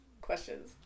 questions